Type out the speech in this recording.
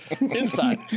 Inside